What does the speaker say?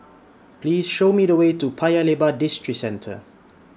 Please Show Me The Way to Paya Lebar Districentre